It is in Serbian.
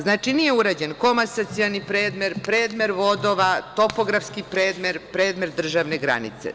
Znači, nije urađen komasacioni premer, premer vodova, topografski premer, premer državne granice.